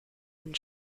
and